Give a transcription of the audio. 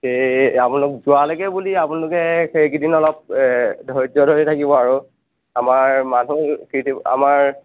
সেই আপোনালোক যোৱালৈকে বুলি আপোনালোকে সেইকেইদিন অলপ ধৈয্য় ধৰি থাকিব আৰু আমাৰ মানুহ আমাৰ